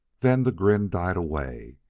then the grin died away,